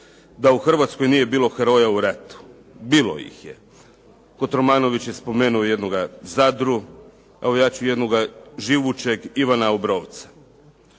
da u Hrvatskoj nije bilo heroja u ratu. Bilo ih je. Kotromanović je spomenuo jednoga Zadru, evo ja ću jednoga živućega Ivana Obrovca.